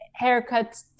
haircuts